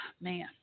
man